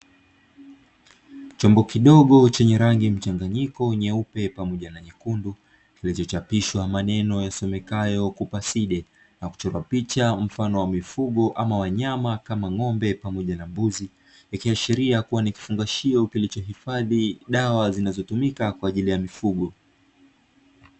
Chombo kidogo chenye rangi mchanganyiko nyeupe pamoja na nyekundu, kilichochapishwa maneno yasomekayo "kopaside" na kuchorwa picha mfano wa mifugo ama wanyama kama ng'ombe pamoja na mbuzi, ikiashiria kuwa ni kifungashio kilichohifadhi dawa zinazotumika kwa ajili ya mifugo.